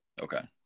Okay